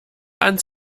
ans